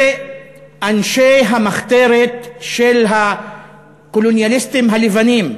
ואנשי המחתרת של הקולוניאליסטים הלבנים,